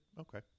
okay